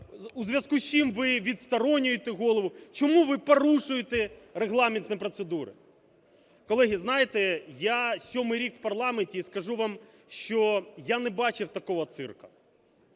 у зв'язку з чим ви відсторонюєте Голову, чому ви порушуєте регламентні процедури? Колеги, знаєте, я сьомий рік в парламенті і скажу вам, що я не бачив такого цирку.